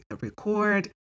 record